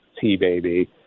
T-Baby